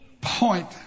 point